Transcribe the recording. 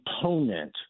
component